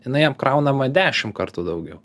jinai apkraunama dešim kartų daugiau